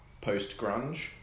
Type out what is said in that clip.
post-grunge